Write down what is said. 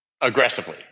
aggressively